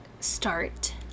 start